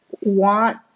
want